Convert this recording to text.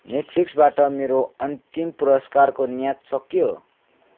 नेटफ्लिक्सबाट मेरो अन्तिम पुरस्कारको म्याद सकियो